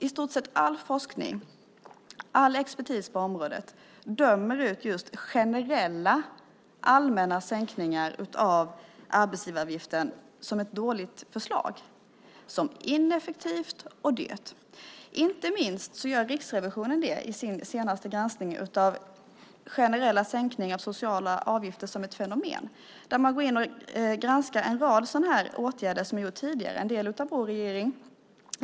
I stort sett all forskning, all expertis på området, dömer ut just generella allmänna sänkningar av arbetsgivaravgiften som ett dåligt förslag, som ineffektivt och dyrt. Inte minst gör Riksrevisionen det i sin senaste granskning av generella sänkningar av sociala avgifter som ett fenomen. Man går in och granskar en rad åtgärder som har gjorts tidigare, till exempel en del som har gjorts av vår regering.